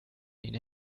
ihnen